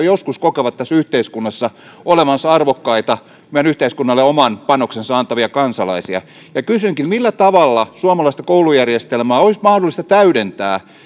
joskus kokevat tässä yhteiskunnassa olevansa arvokkaita meidän yhteiskunnallemme oman panoksensa antavia kansalaisia kysynkin millä tavalla suomalaista koulujärjestelmää olisi mahdollista täydentää niin